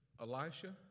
Elisha